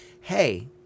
hey